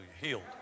Healed